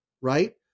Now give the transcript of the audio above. right